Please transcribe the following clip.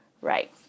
right